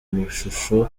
mashusho